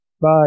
Bye